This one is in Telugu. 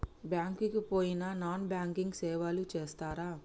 బ్యాంక్ కి పోయిన నాన్ బ్యాంకింగ్ సేవలు చేస్తరా?